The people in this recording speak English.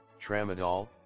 tramadol